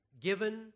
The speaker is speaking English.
given